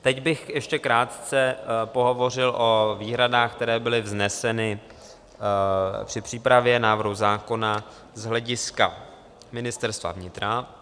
Teď bych ještě krátce pohovořil o výhradách, které byly vzneseny při přípravě návrhu zákona z hlediska Ministerstva vnitra.